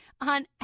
on